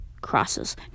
crosses